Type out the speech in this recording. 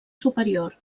superior